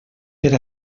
per